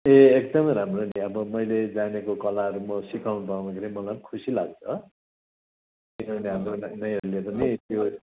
ए एकदमै राम्रो नि अब मैले जानेको कलाहरू म सिकाउनु पाउनु धेरै मलाई पनि खुसी लाग्छ किनभने हाम्रो न नैहरूले पनि त्यो